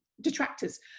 detractors